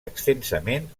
extensament